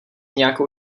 nějakou